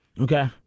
Okay